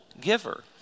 giver